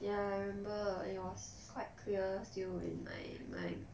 ya I remember it was quite clear still in my mind hougang